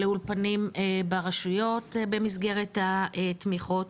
לאולפנים ברשויות, במסגרת התמיכות.